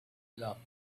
loved